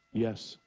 yes.